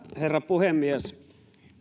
herra puhemies